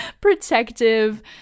protective